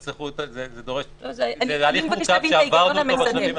זה תהליך מורכב שעברנו אותו בשלבים,